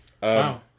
Wow